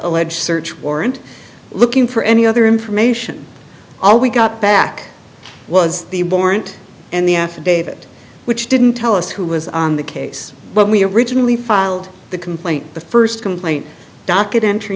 alleged search warrant looking for any other information all we got back was the warrant and the affidavit which didn't tell us who was on the case but we originally filed the complaint the first complaint doc